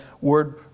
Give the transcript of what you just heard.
word